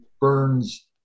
Burns